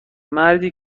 مردی